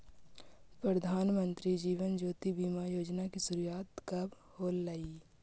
प्रधानमंत्री जीवन ज्योति बीमा योजना की शुरुआत कब होलई